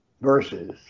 verses